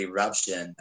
Eruption